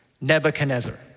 Nebuchadnezzar